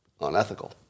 unethical